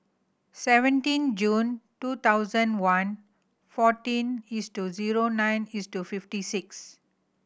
seventeen June two thousand one fourteen east to zero nine east to fifty six